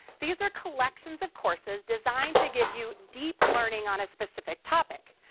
these are collections of courses designed to give you deep learning on a specific topic.